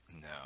No